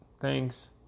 Thanks